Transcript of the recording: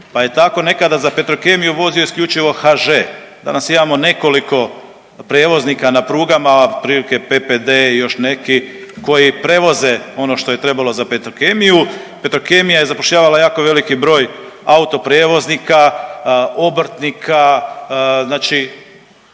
pa je tako nekada za Petrokemiju vozio isključivo HŽ. Danas imamo nekoliko prijevoznika na prugama otprilike PPD i još neki koji prevoze ono što je trebalo za Petrokemiju. Petrokemija je zapošljavala veliki broj autoprijevoznika, obrtnika, znači